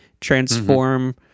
Transform